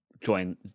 join